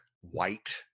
white